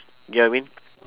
get what I mean